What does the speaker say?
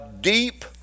deep